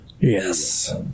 Yes